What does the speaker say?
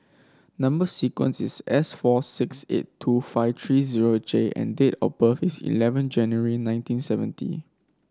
number sequence is S four six eight two five three zero J and date of birth is eleven January nineteen seventy